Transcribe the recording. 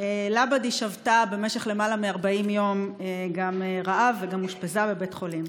א-לבדי גם שבתה רעב במשך למעלה מ-40 יום וגם אושפזה בבית חולים.